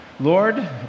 lord